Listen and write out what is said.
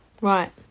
Right